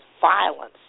violence